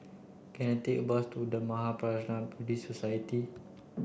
can I take a bus to The Mahaprajna Buddhist Society